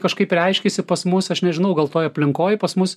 kažkaip reiškėsi pas mus aš nežinau gal toj aplinkoj pas mus